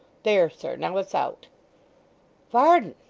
there, sir! now it's out varden!